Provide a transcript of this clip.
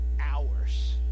hours